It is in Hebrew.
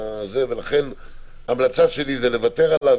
ולכן ההמלצה שלי היא לוותר עליו.